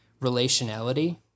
relationality